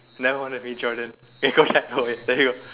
never wanna be Jordan eh there you go